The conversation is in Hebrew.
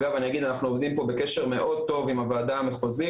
אגב אני אגיד אנחנו עובדים בקשר מאוד טוב עם הוועדה המחוזית,